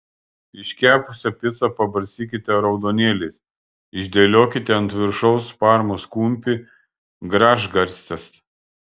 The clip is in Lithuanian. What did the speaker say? iškepusią picą pabarstykite raudonėliais išdėliokite ant viršaus parmos kumpį gražgarstes